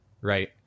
Right